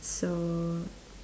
so